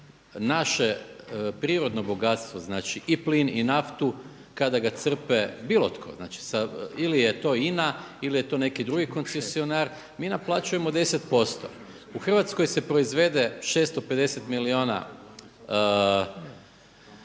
naše prirodno bogatstvo znači i plin i naftu kada ga crpe bilo tko, znači ili je to INA ili je to neki drugi koncesionar mi naplaćujemo 10%. U Hrvatskoj se proizvede 650 milijuna